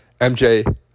MJ